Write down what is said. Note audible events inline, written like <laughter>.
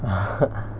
<laughs>